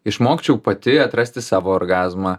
išmokčiau pati atrasti savo orgazmą